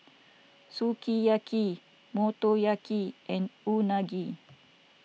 Sukiyaki Motoyaki and Unagi